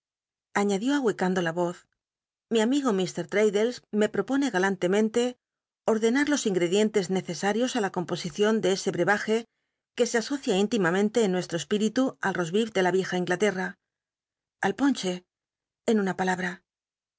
aiiadiú ahuecando la voz mi amigo ir l'raddlcs me propone galantemente ordenar los ingredientes nrrcsarios i la composil'ion de ese brebaje iuc se asocia íntimamente cu nuestrocspirilu al oastbee de la r icja lnglatcna al jollchel en una palahra